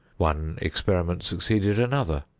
one experiment succeeded another,